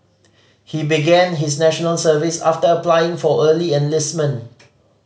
he began his National Service after applying for early enlistment